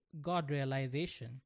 God-realization